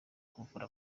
kuvura